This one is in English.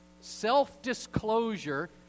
self-disclosure